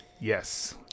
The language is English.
Yes